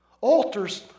Altars